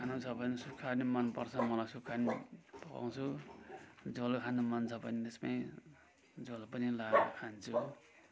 खानु छ भने सुक्खा खानु पनि मन पर्छ मलाई सुक्खा पनि पकाउँछु झोल खानु मन छ भने त्यसमै झोल पनि लगाएर खान्छु